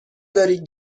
داری